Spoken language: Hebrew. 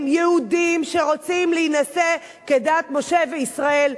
יהודים שרוצים להינשא כדת משה וישראל,